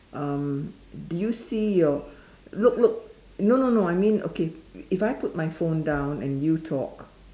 um do you see your look look no no no I mean okay if I put my phone down and you talk